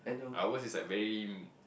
ours is like very